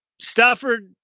Stafford